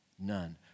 None